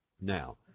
Now